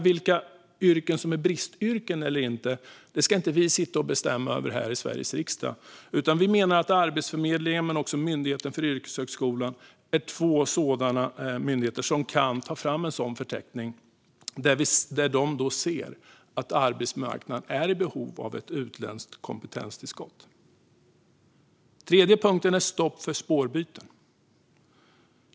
Vilka yrken som är bristyrken eller inte ska inte vi i Sveriges riksdag bestämma över, utan en sådan förteckning kan Arbetsförmedlingen och Myndigheten för yrkeshögskolan ta fram om de ser att arbetsmarknaden är i behov av ett utländskt kompetenstillskott. Tredje punkten är stopp för spårbyten.